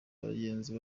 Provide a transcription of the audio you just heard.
abagenzi